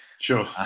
Sure